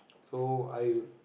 so I